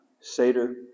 Seder